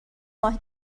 ماه